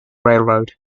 railroad